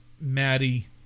Maddie